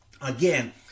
Again